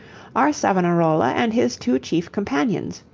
are savonarola and his two chief companions,